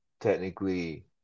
technically